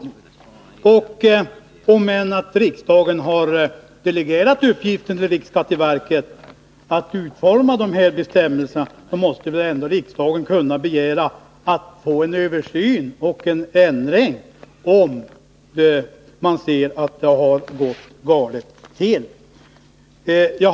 Även om riksdagen till riksskatteverket har delegerat uppgiften att utforma bestämmelserna måste riksdagen ändå kunna begära en översyn och en ändring, om man ser att det gått galet till.